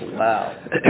Wow